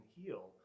heal